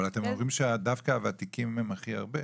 אבל אתם אומרים שדווקא הוותיקים הם הכי הרבה,